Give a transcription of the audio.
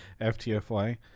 FTFY